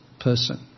person